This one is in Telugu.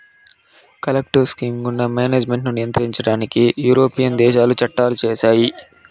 కలెక్టివ్ స్కీమ్ గుండా మేనేజ్మెంట్ ను నియంత్రించడానికి యూరోపియన్ దేశాలు చట్టాలు చేశాయి